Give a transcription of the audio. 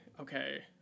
okay